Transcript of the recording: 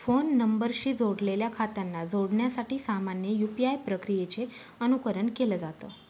phone नंबरशी जोडलेल्या खात्यांना जोडण्यासाठी सामान्य यू.पी.आय प्रक्रियेचे अनुकरण केलं जात